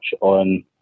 on